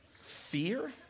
fear